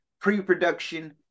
pre-production